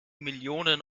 millionen